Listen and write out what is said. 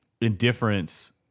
Indifference